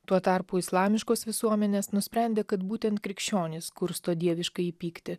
tuo tarpu islamiškos visuomenės nusprendė kad būtent krikščionys kursto dieviškąjį pyktį